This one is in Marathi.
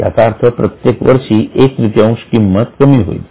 याचा अर्थ प्रत्येक वर्षी एक तृतीयांश किंमत कमी होईल